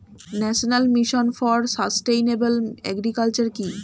National mission for sustainable agriculture কি?